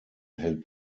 hält